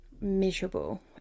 miserable